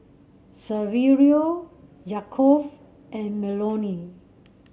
Saverio Yaakov and Melony